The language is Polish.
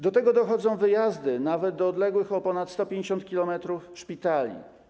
Do tego dochodzą wyjazdy nawet do odległych o ponad 150 km szpitali.